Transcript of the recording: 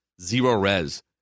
Zero-res